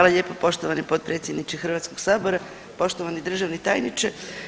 Hvala lijepo poštovani potpredsjedniče Hrvatskog sabora, poštovani državni tajniče.